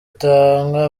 atanga